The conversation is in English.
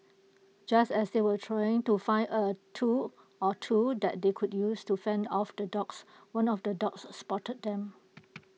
just as they were trying to find A tool or two that they could use to fend off the dogs one of the dogs are spotted them